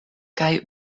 kaj